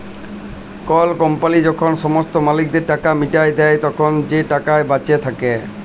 call company যখল সমস্ত মালিকদের টাকা মিটাঁয় দেই, তখল যে টাকাট বাঁচে থ্যাকে